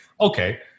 okay